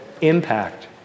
impact